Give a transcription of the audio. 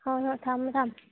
ꯍꯣꯏ ꯍꯣꯏ ꯊꯝꯃꯨ ꯊꯝꯃꯨ